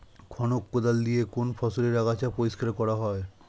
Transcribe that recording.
খনক কোদাল দিয়ে কোন ফসলের আগাছা পরিষ্কার করা হয়?